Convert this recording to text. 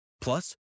Plus